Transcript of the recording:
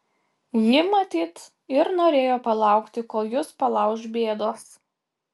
ji matyt ir norėjo palaukti kol jus palauš bėdos